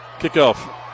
Kickoff